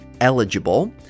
eligible